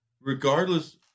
regardless